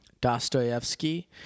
Dostoevsky